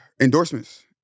endorsements